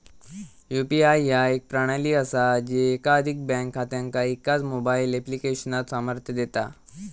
UPI ह्या एक प्रणाली असा जी एकाधिक बँक खात्यांका एकाच मोबाईल ऍप्लिकेशनात सामर्थ्य देता